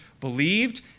believed